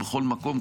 ובכל מקום,